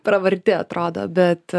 pravarti atrodo bet